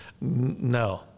No